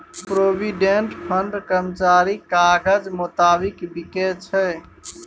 provident fund कर्मचारीक काजक मोताबिक बिकै छै